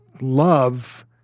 love